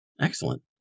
Excellent